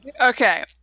Okay